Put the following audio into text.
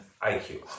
IQ